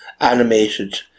animated